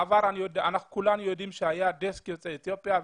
בעבר כולנו יודעים שהיה דסק יוצאי אתיופיה.